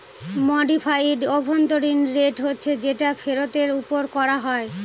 modified অভ্যন্তরীন rate হচ্ছে যেটা ফেরতের ওপর করা হয়